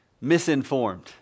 misinformed